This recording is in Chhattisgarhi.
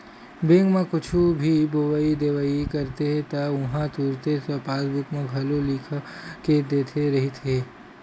बेंक म कुछु भी लेवइ देवइ करते त उहां तुरते पासबूक म घलो लिख के देवत रिहिस हे